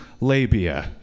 Labia